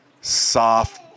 soft